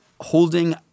holding